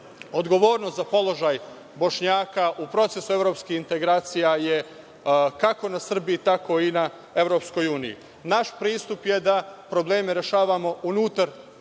Odgovornost za položaj Bošnjaka u procesu evropskih integracija je kako na Srbiji, tako i na EU. Naš pristup je da probleme rešavamo unutar